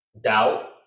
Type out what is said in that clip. doubt